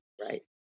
right